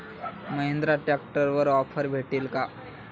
महिंद्रा ट्रॅक्टरवर ऑफर भेटेल का?